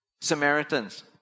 Samaritans